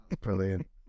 Brilliant